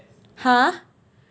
!huh!